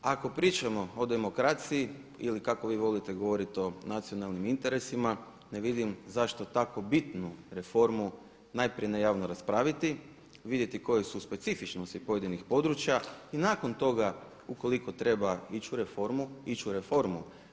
Ako pričamo o demokraciji ili kako vi volite govoriti o nacionalnim interesima ne vidim zašto tako bitnu reformu najprije ne javno raspraviti, vidjeti koje su specifičnosti pojedinih područja i nakon toga ukoliko treba ići u reformu, ići u reformu.